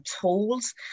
tools